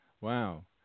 Wow